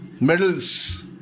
medals